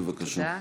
בבקשה.